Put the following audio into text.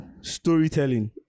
storytelling